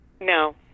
No